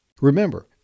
Remember